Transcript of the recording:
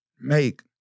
make